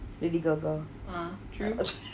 lady gaga